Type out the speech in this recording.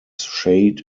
shade